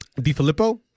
DiFilippo